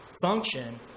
Function